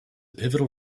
pivotal